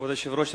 כבוד היושב-ראש,